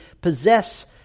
possess